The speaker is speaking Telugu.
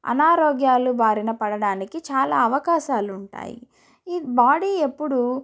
అనారోగ్యాలు బారిన పడడానికి చాలా అవకాశాలు ఉంటాయి ఈ బాడీ ఎప్పుడూ